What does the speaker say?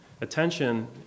Attention